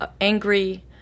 angry